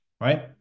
right